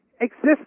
exist